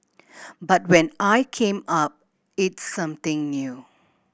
but when I came up it's something new